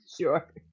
sure